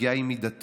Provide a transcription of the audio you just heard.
שהפגיעה היא מידתית